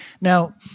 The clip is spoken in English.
Now